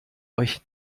euch